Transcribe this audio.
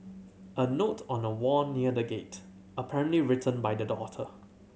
a note on a wall near the gate apparently written by the daughter